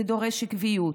זה דורש עקביות,